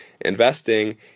Investing